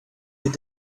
your